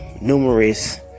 numerous